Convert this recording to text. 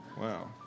Wow